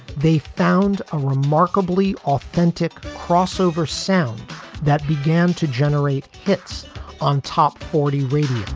they found a remarkably authentic crossover sound that began to generate hits on top forty radio.